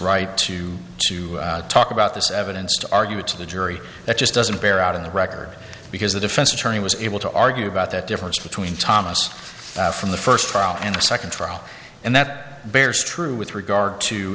right to to talk about this evidence to argue to the jury it just doesn't bear out in the record because the defense attorney was able to argue about that difference between thomas from the first trial and the second trial and that bears true with regard to